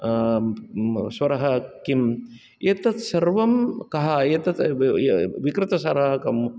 स्वरः किम् एतत् सर्वं कः एतत् विकृतस्वरः कम्